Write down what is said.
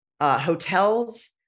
hotels